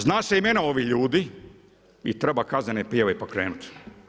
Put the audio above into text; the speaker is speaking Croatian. Zna se imena ovih ljudi i treba kaznene prijave pokrenuti.